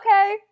okay